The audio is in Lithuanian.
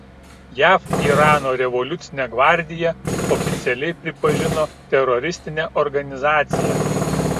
jav irano revoliucinę gvardiją oficialiai pripažino teroristine organizacija